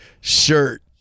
shirt